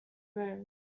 room